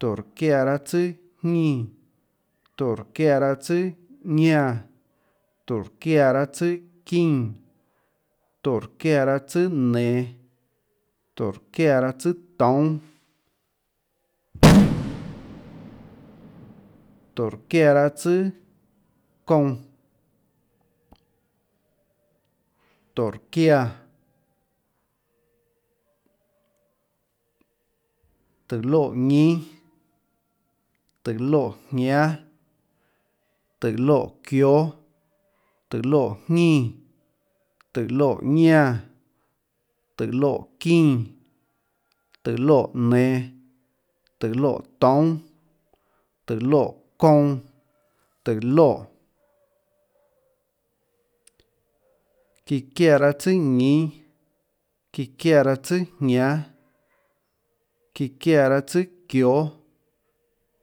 Tórå çiáã tsùâjñínã, tórå çiáã tsùâ ñánã, tórå çiáã tsùâ çínã, tórå çiáã tsùâ nenå, tórå çiáã tsùâ toúnâ, tórå çiáã tsùâ kounã, tórå çiáã, tóå loè ñínâ, tóå loè jñánâ. tóå loè çióâ, tóå loè jñínã, tóå loè ñánã, tóå loè çínã, tóå loè nenå, tóå loè toúnâ, tóå loè kounã, tóå loè, çíã çiáã raâ tsùâ ñínâ, çiáã raâ tsùâjñánâ, çíã çiáã raâ tsùâ çióâ,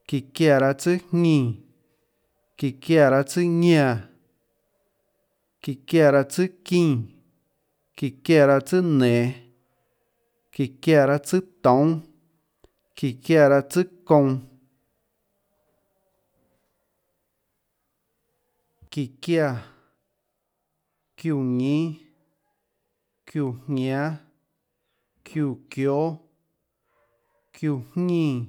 çíã çiáã raâ tsùâ jñínã, çíã çiáã raâ tsùâ ñánã, çíã çiáã raâ tsùâ çínã, çíã çiáã raâ tsùâ nenå, çíã çiáã raâ tsùâ toúnâ, çíã çiáã raâ tsùâ kounã, çíã çiáã, çiúã ñínâ, çiúã jñánâ, çiúã çióâ, çiúã jñínã,